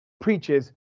preaches